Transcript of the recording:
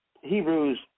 Hebrews